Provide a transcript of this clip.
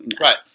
Right